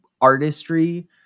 artistry